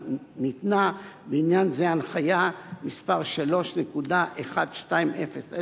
ניתנה בעניין זה הנחיה מס' 3.1200,